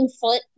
foot